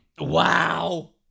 wow